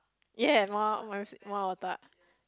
yes Muar oh-my-god shit Muar Otak